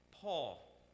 Paul